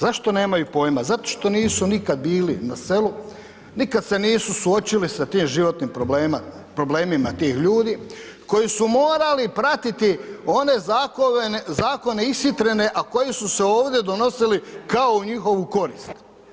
Zašto nemaju pojma, zato što nisu nikad bili na selu, nikad se nisu suočili sa tim životnim problemima tih ljudi koji su morali pratiti one zakone ishitrene a koji su se ovdje donosili kao u njihovu korist.